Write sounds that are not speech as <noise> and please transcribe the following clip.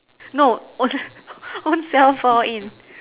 no own <noise> ownself fall in